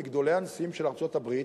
מגדולי הנשיאים של ארצות-הברית,